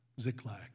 Ziklag